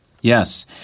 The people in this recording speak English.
Yes